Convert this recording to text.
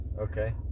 Okay